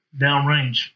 downrange